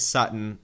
Sutton